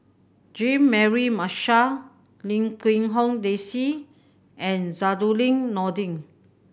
Jean Mary Marshall Lim Quee Hong Daisy and Zainudin Nordin